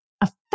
affect